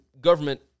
government